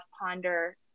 ponder